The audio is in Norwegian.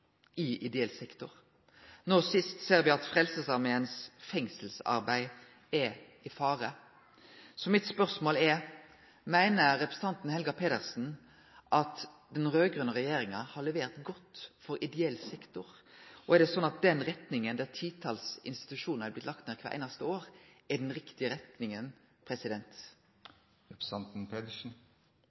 i ideell sektor. Nå sist har me sett at Frelsesarmeens fengselsarbeid er i fare. Så spørsmålet mitt er: Meiner representanten Helga Pedersen at den raud-grøne regjeringa har levert godt for ideell sektor? Og er det slik at den retninga, der titals institusjonar er blitt lagde ned kvart einaste år, er den riktige retninga?